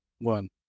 one